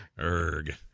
Erg